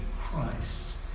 Christ